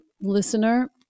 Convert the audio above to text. listener